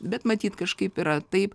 bet matyt kažkaip yra taip